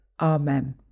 Amen